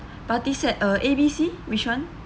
party set uh A B C which [one]